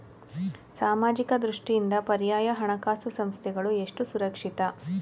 ಸಾಮಾಜಿಕ ದೃಷ್ಟಿಯಿಂದ ಪರ್ಯಾಯ ಹಣಕಾಸು ಸಂಸ್ಥೆಗಳು ಎಷ್ಟು ಸುರಕ್ಷಿತ?